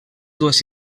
dues